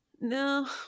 no